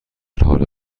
حال